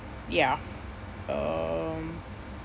ya um